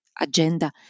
agenda